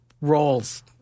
roles—